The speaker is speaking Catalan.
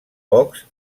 pocs